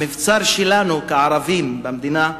המבצר שלנו כערבים במדינה מתערער,